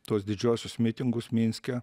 tuos didžiuosius mitingus minske